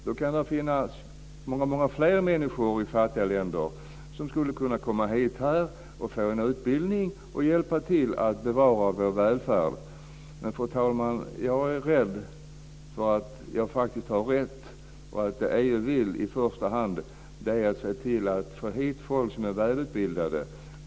Då kan det finns många fler människor i fattiga länder som skulle kunna komma hit här och få en utbildning och hjälpa till med att bevara vår välfärd. Men jag är rädd för, fru talman, att jag har rätt och att det EU vill i första hand är att se till att få hit människor som är välutbildade.